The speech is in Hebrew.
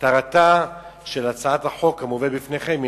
מטרתה של הצעת החוק המובאת בפניכם היא